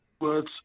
words